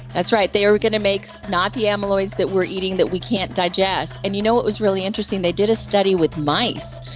that's right. they are going to make not the amyloids that we're eating that we can't digest. and you know what was really interesting? they did a study with mice,